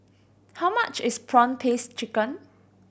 how much is prawn paste chicken